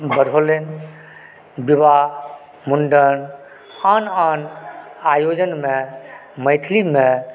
बढ़लय विवाह मुण्डन आन आन आयोजनमे मैथिलीमे